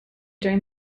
during